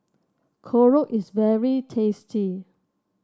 korokke is very tasty